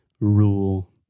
rule